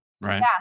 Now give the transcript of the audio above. Right